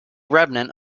remnant